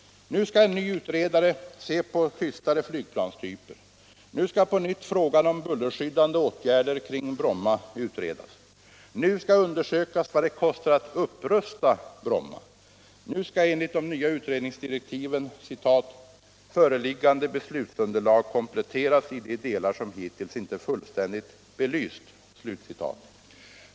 Nu skall en ny utredare se på tystare flygplanstyper, nu skall på nytt frågan om bullerskyddande åtgärder kring Bromma utredas. Nu skall undersökas vad det kostar att upprusta Bromma. Nu skall enligt de nya utredningsdirektiven ”föreliggande beslutsunderlag kompletteras Bibehållande av Bromma flygplats Bromma flygplats i de delar som hittills inte fullständigt belysts”, som det heter.